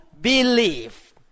believe